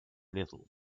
little